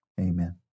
amen